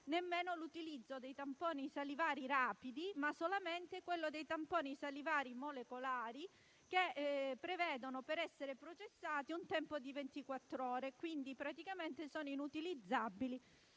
l'utilizzo dei tamponi salivari rapidi, ma solamente quello dei tamponi salivari molecolari, che prevedono, per essere processati, un tempo di ventiquattro ore: quindi, sono praticamente inutilizzabili